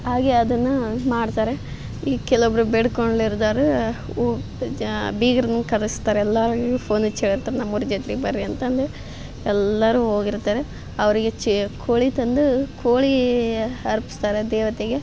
ಹಾಗೇ ಅದನ್ನು ಮಾಡ್ತಾರೆ ಈಗ ಕೆಲವೊಬ್ಬರು ಬೇಡ್ಕೊಂಡ್ಲಿರ್ದೋರು ಉ ಜ ಬೀಗ್ರನ್ನು ಕರೆಸ್ತಾರೆ ಎಲ್ಲರಿಗೂ ಫೋನ್ ಹಚ್ಚ್ ಹೇಳಿರ್ತಾರ್ ನಮ್ಮೂರ ಜಾತ್ರೆಗ್ ಬನ್ರೀ ಅಂತಂದು ಎಲ್ಲರೂ ಹೋಗಿರ್ತಾರೆ ಅವರಿಗೆ ಚೆ ಕೋಳಿ ತಂದು ಕೋಳಿ ಅರ್ಪಿಸ್ತಾರೆ ದೇವತೆಗೆ